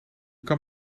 kan